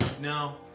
no